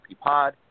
Pod